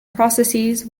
processes